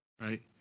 Right